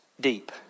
deep